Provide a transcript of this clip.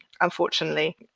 unfortunately